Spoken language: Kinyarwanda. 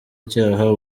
icyaha